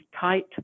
tight